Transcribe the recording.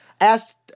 asked